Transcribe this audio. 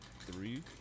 three